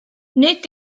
nid